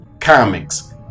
comics